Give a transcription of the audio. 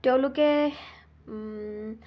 তেওঁলোকে